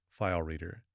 FileReader